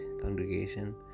congregation